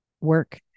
Work